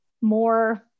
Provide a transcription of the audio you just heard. more